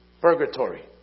purgatory